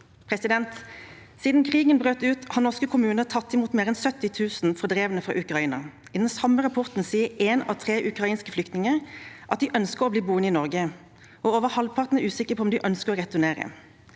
årene. Siden krigen brøt ut har norske kommuner tatt imot mer enn 70 000 fordrevne fra Ukraina. I den samme rapporten sier én av tre ukrainske flyktninger at de ønsker å bli boende i Norge, og over halvparten er usikre på om de ønsker å returnere.